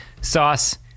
sauce